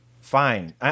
fine